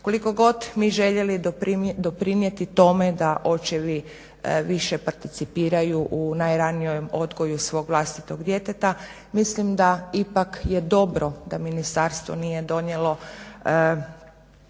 Koliko god mi željeli doprinijeti tome da očevi više participiraju u najranijem odgoju svog vlastitog djeteta mislim da ipak je dobro da ministarstvo nije donijelo